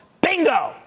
bingo